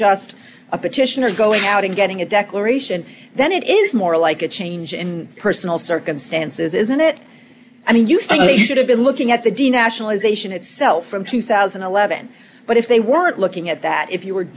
just a petitioner going out and getting a declaration then it is more like a change in personal circumstances isn't it i mean you think they should have been looking at the d nationalization itself from two thousand and eleven but if they weren't looking at that if you were